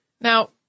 Now